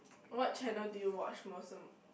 what channel do you watch most